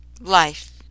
life